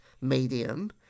medium